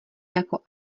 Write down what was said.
jako